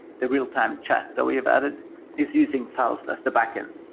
the real-time chat that we have added is using faust as the backend.